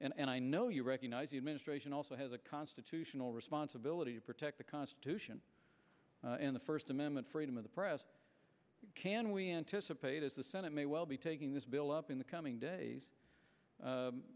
and i know you recognize the administration also has a constitutional responsibility to protect the constitution and the first amendment freedom of the press can we anticipate as the senate may well be taking this bill up in the coming days